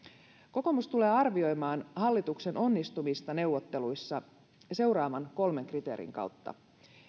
kokoomus tulee arvioimaan hallituksen onnistumista neuvotteluissa seuraavien kolmen kriteerin kautta